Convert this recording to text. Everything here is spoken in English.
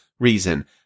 Reason